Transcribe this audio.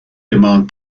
demand